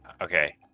okay